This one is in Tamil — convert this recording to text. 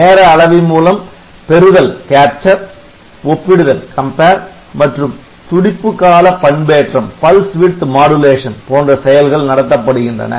நேர அளவி மூலம் பெறுதல் ஒப்பிடுதல் மற்றும் துடிப்பு கால பண்பேற்றம் போன்ற செயல்கள் நடத்தப்படுகின்றன